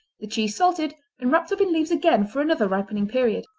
the cheese salted and wrapped up in leaves again for another ripening period.